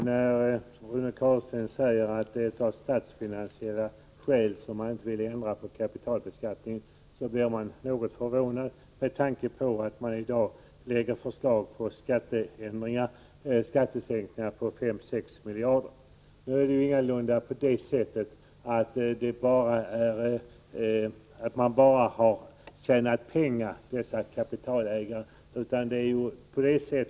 Herr talman! När Rune Carlstein säger att man inte vill ändra på kapitalbeskattningen av statsfinansiella skäl, blir jag något förvånad med tanke på att det i dag läggs fram förslag om skattesänkningar på 5-6 miljarder kronor. Kapitalägarna har ingalunda bara tjänat pengar.